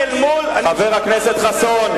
חבר הכנסת חסון,